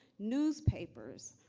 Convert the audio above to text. newspapers,